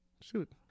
Shoot